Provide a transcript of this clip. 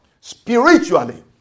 spiritually